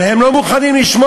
אבל הם לא מוכנים לשמוע.